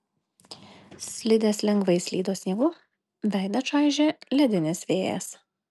slidės lengvai slydo sniegu veidą čaižė ledinis vėjas